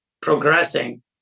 progressing